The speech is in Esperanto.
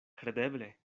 kredeble